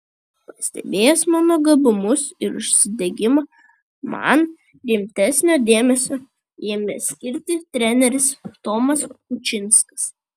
pastebėjęs mano gabumus ir užsidegimą man rimtesnio dėmesio ėmė skirti treneris tomas kučinskas